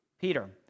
Peter